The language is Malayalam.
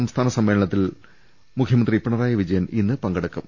സംസ്ഥാന സമ്മേളനത്തിൽ ഇന്ന് മുഖ്യമന്ത്രി പിണറായി വിജയൻ പങ്കെടുക്കും